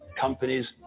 companies